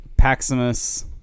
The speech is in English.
Paximus